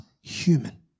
human